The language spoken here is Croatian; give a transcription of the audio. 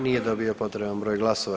Nije dobio potreban broj glasova.